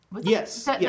Yes